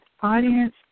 Audience